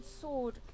sword